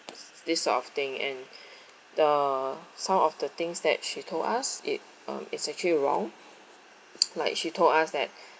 this sort of thing and the some of the things that she told us it um it's actually wrong like she told us that